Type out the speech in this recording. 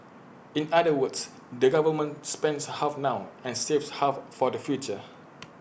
in other words the government spends half now and saves half for the future